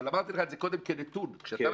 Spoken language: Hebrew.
אבל אמרתי לך את זה קודם כנתון כדי שכשאנחנו